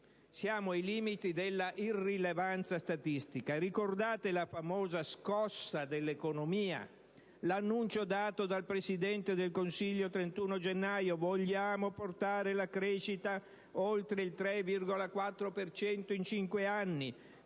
Siamo ai limiti dell'irrilevanza statistica. Ricordate la famosa scossa all'economia? L'annuncio dato dal Presidente del Consiglio il 31 gennaio: «Vogliamo portare la crescita oltre il 3-4 per cento in cinque anni,